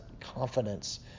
confidence